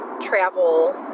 travel